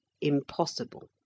Impossible